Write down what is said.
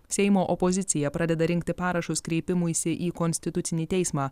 seimo opozicija pradeda rinkti parašus kreipimuisi į konstitucinį teismą